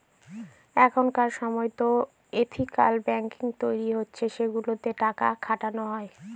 এখনকার সময়তো ethical banking তৈরী হচ্ছে সেগুলোতে টাকা খাটানো হয়